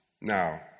Now